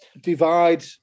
divide